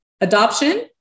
Adoption